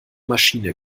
maschine